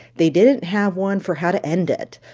they didn't have one for how to end it.